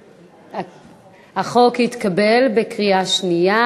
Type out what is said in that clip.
החוק התקבל בקריאה שנייה.